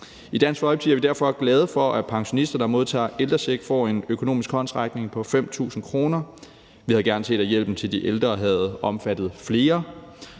I Dansk Folkeparti er vi derfor glade for, at pensionister, der modtager ældrecheck, får en økonomisk håndsrækning på 5.000 kr. Vi havde gerne set, at hjælpen til de ældre havde omfattet flere,